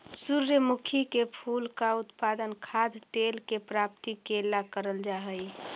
सूर्यमुखी के फूल का उत्पादन खाद्य तेल के प्राप्ति के ला करल जा हई